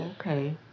okay